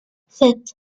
sept